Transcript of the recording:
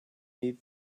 need